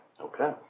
Okay